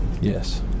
yes